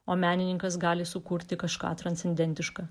o menininkas gali sukurti kažką transcendentiška